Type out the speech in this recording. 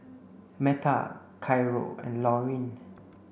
Metta and Lauryn